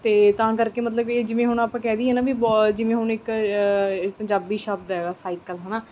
ਅਤੇ ਤਾਂ ਕਰਕੇ ਮਤਲਬ ਇਹ ਜਿਵੇਂ ਹੁਣ ਆਪਾਂ ਕਹਿ ਦਈਏ ਨਾ ਬ ਜਿਵੇਂ ਹੁਣ ਇੱਕ ਪੰਜਾਬੀ ਸ਼ਬਦ ਹੈਗਾ ਸਾਈਕਲ ਹੈ ਨਾ